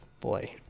Boy